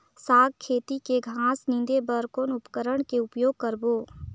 साग खेती के घास निंदे बर कौन उपकरण के उपयोग करबो?